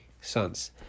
sons